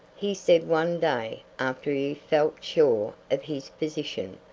he said one day after he felt sure of his position.